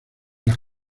las